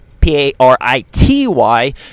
P-A-R-I-T-Y